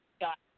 Got